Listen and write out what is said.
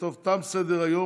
תם סדר-היום.